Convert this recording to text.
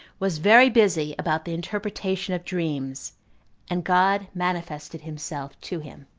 was very busy about the interpretation of dreams and god manifested himself to him.